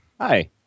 Hi